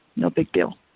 no big deal.